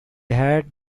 had